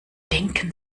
denken